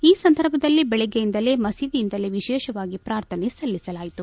ಈ ಸಂದರ್ಭದಲ್ಲಿ ಬೆಳಗೆಯಿಂದಲೇ ಮಹೀದಿಯಿಂದಲೇ ವಿಶೇಷವಾಗಿ ಪ್ರಾರ್ಥನೆ ಸಲ್ಲಿಸಲಾಯಿತು